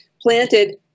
planted